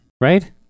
Right